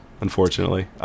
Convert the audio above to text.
Unfortunately